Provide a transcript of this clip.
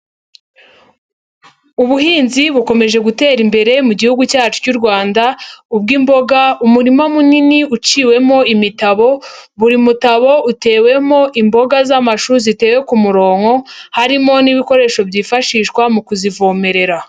Ubuhinzi bukomeje gutera imbere mu gihugu cyacu cy'u Rwanda ubw'imboga, umurima munini uciwemo imitabo, buri mutabo utewemo imboga z'amashu ziteye ku muronko harimo n'ibikoresho byifashishwa mu kuzivomerera.